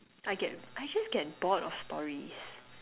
I get I just get bored of stories